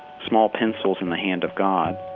small pencils in the hand of god.